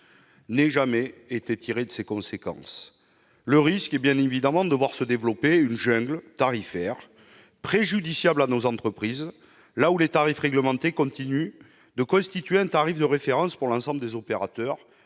ait jamais été dressé. Le risque est bien évidemment de voir se développer une jungle tarifaire, préjudiciable à nos entreprises, là où les tarifs réglementés continuent de constituer un tarif de référence pour l'ensemble des opérateurs